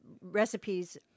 recipes